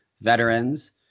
veterans